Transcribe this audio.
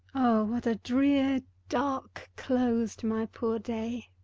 oh what a drear, dark close to my poor day!